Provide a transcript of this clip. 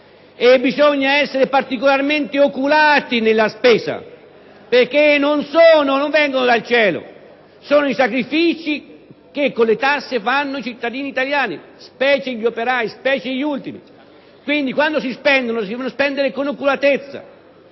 bisogna essere particolarmente oculati nella spesa, perché non vengono dal cielo: sono i sacrifici che con le tasse fanno i cittadini italiani, specie gli operai, specie gli ultimi, quindi, quando si spendono, si devono spendere con oculatezza.